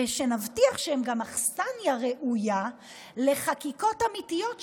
ונבטיח שהם גם אכסניה ראויה לחקיקות אמיתיות,